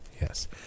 Yes